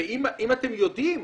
ואם אתם יודעים,